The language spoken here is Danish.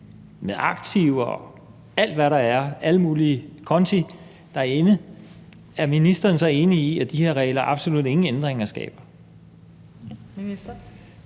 med aktiver og alt, hvad der er i den – alle mulige konti – er ministeren så enig i, at de her regler absolut ingen ændringer skaber?